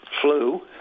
flu